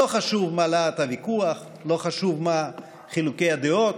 לא חשוב מה להט הוויכוח, לא חשוב מה חילוקי הדעות,